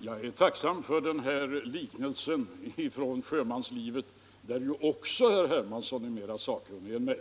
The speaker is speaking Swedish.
Herr talman! Jag är tacksam för liknelsen från sjömanslivet, där herr Hermansson också är mer sakkunnig än jag.